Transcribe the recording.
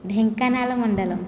धिङ्कानालमण्डलं